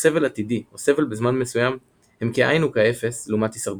ושסבל עתידי או סבל בזמן מסוים הם כאין וכאפס לעומת הישרדותו.